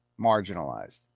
Marginalized